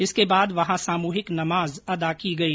इसके बाद वहां सामुहिक नमाज अदा की गई